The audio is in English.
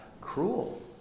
cruel